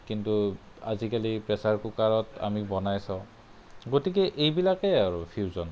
কিন্তু আজিকালি প্ৰেচাৰ কুকাৰত আমি বনাইছোঁ গতিকে এইবিলাকেই আৰু ফিউজন